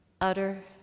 Utter